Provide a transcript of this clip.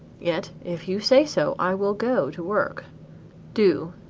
yet if you say so i will go to work do,